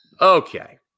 Okay